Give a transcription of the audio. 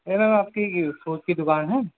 یہ میم آپ کی فروٹ کی دکان ہے